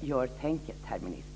vill jag säga så här: Gör "tänket", herr minister.